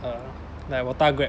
uh like 我打 Grab